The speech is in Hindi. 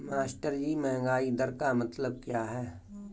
मास्टरजी महंगाई दर का मतलब क्या है?